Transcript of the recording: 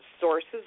sources